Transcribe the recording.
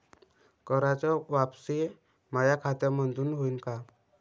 कराच वापसी माया खात्यामंधून होईन का?